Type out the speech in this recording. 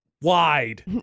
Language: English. Wide